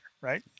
right